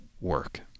work